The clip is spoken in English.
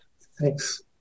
Thanks